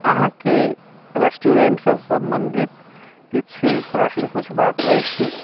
अहाँके रेस्टोरेंटसँ सम्बन्धित किछु प्रश्न पूछबाक अछि